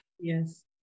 yes